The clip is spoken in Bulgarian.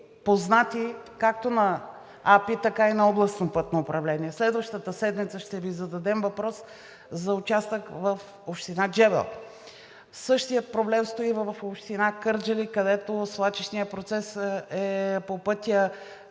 познати както на АПИ, така и на Областното пътно управление. Следващата седмица ще Ви зададем въпрос за участък в община Джебел. Същият проблем стои в община Кърджали, където свлачищният процес е по пътя